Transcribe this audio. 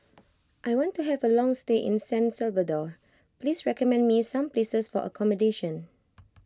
I want to have a long stay in San Salvador please recommend me some places for accommodation